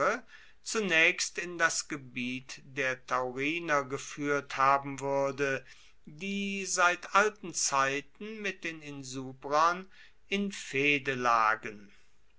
zunaechst in das gebiet der tauriner gefuehrt haben wuerde die seit alten zeiten mit den insubrern in